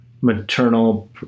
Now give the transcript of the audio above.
maternal